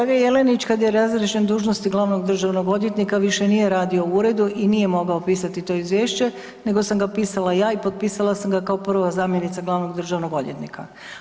Kolega Jelenić kad je razriješen dužnosti glavnog državnog odvjetnika više nije radio u uredu i nije mogao pisati to izvješće, nego sam ga pisala ja i potpisala sam ga kao prva zamjenica glavnog državnog odvjetnika.